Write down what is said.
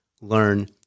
learn